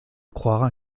croire